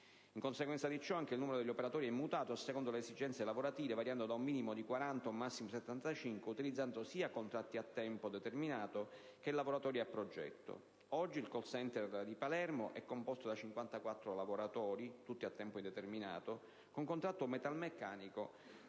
In conseguenza di ciò anche il numero degli operatori è mutato a seconda delle esigenze lavorative variando da un minimo di 40 ad un massimo di 75, utilizzando sia contratti a tempo determinato che lavoratori a progetto. Oggi il *call center* di Palermo è composto da 54 lavoratori, tutti a tempo indeterminato, con contratto metalmeccanico,